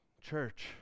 church